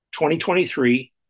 2023